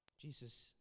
Jesus